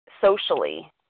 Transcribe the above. socially